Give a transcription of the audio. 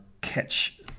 catch